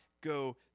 go